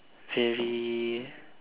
very